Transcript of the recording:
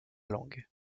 langue